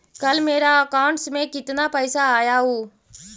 कल मेरा अकाउंटस में कितना पैसा आया ऊ?